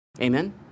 Amen